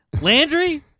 Landry